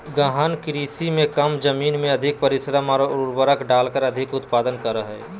गहन कृषि में कम जमीन में अधिक परिश्रम और उर्वरक डालकर अधिक उत्पादन करा हइ